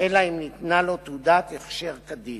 אלא אם ניתנה לו תעודת הכשר כדין.